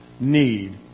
need